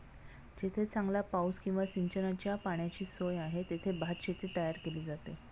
जेथे चांगला पाऊस किंवा सिंचनाच्या पाण्याची सोय आहे, तेथे भातशेती तयार केली जाते